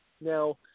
Now